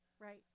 right